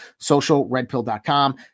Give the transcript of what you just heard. socialredpill.com